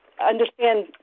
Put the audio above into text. understand